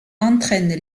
entraîne